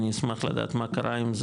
אני אשמח לדעת מה קרה עם זה,